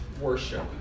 worship